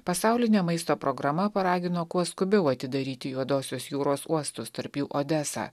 pasaulinė maisto programa paragino kuo skubiau atidaryti juodosios jūros uostus tarp jų odesą